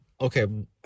okay